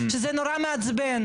שזה נורא מעצבן.